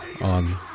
on